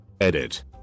Edit